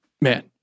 Man